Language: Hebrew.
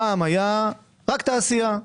פעם היה רק תעשייה,